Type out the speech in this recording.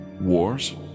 wars